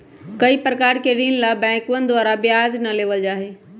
कई प्रकार के ऋण ला बैंकवन द्वारा ब्याज ना लेबल जाहई